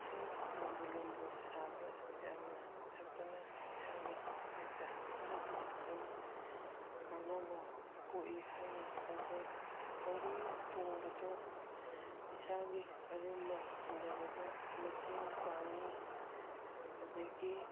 ꯏꯁꯤꯡ ꯂꯨꯝꯕꯨ ꯂꯨꯝꯕꯨ ꯁꯥꯕ ꯌꯥꯝꯅ ꯊꯛꯄꯅ ꯏꯁꯥꯒꯤ ꯋꯦꯠꯇ ꯈꯔꯗꯤ ꯑꯗꯨꯝ ꯀꯥꯟꯅꯕ ꯄꯣꯛꯏ ꯍꯥꯏꯅ ꯈꯟꯖꯩ ꯊꯧꯔꯤ ꯆꯣꯡꯕꯁꯨ ꯏꯁꯥꯒꯤ ꯑꯔꯨꯝꯕ ꯍꯟꯗꯕꯗ ꯃꯇꯦꯡ ꯄꯥꯡꯏ ꯑꯗꯒꯤ